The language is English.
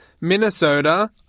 Minnesota